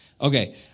Okay